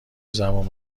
زبون